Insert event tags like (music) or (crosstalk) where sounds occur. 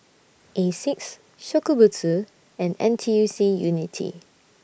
(noise) Asics Shokubutsu and N T U C Unity